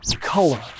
color